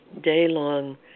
day-long